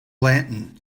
lantern